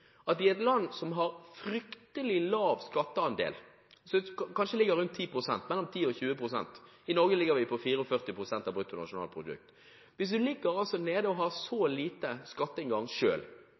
si at et land som har fryktelig lav skatteandel – kanskje mellom 10 og 20 pst. ; i Norge ligger vi på 44 pst. av brutto nasjonalprodukt – hvis man ligger nede og selv har så lav skatteinngang,